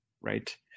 Right